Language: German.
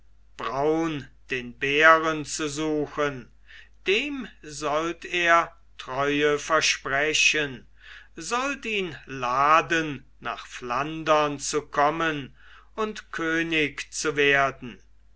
braun den bären zu suchen dem sollt er treue versprechen sollt ihn laden nach flandern zu kommen und könig zu werden